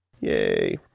Yay